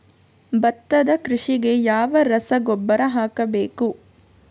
ಭತ್ತದ ಕೃಷಿಗೆ ಯಾವ ರಸಗೊಬ್ಬರ ಹಾಕಬೇಕು?